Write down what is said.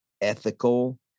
ethical